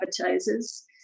Advertisers